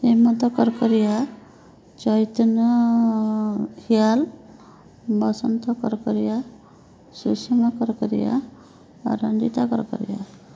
Hemant Karkaria Chaitanya Hial Basant Karkaria Sushma Karkaria Ranjita Karkaria